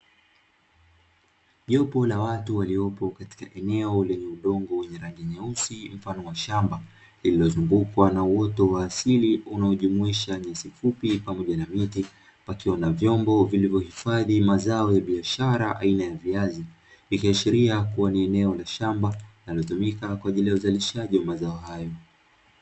Jopo la watu waliopo katika eneo lenye udongo wenye rangi nyeusi mfano wa shamba, lililozungukwa na uoto wa asili unaojumuisha nyasi fupi pamoja na miti, pakiwa na vyombo vilivyohifadhi mazao ya biashara aina ya viazi, ikiashiria kuwa ni eneo la shamba linalotumika kwa ajili ya uzalishaji wa mazao hayo.